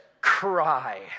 cry